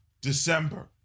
December